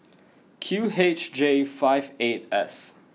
Q H J five eight S